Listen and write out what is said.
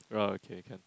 uh okay can